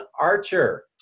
Archer